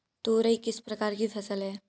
तोरई किस प्रकार की फसल है?